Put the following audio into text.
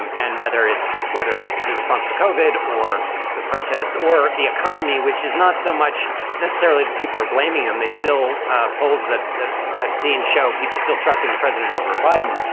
and and whether it's whether it's the response to covered or the protests or the economy, which is not so much necessarily, the people are blaming him. they still ah polls that i've seen show people still trusting the president over biden,